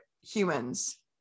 humans